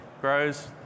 grows